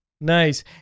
Nice